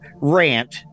rant